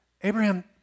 Abraham